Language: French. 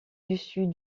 dessus